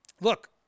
Look